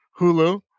Hulu